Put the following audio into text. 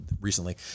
recently